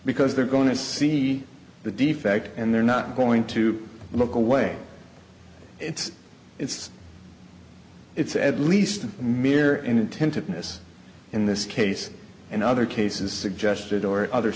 because they're going to see the defect and they're not going to look away it's it's it's at least a mere inattentiveness in this case and other cases suggested or other